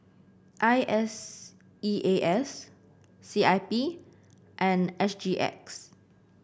I S E A S C I P and S G X